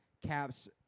Cap's